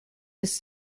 his